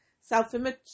self-image